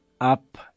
up